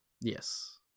Yes